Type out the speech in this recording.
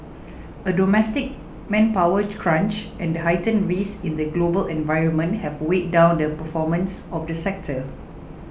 a domestic manpower crunch and heightened risks in the global environment have weighed down the performance of the sector